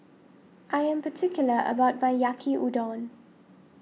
I am particular about my Yaki Udon